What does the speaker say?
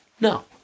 no